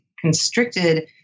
constricted